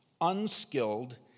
unskilled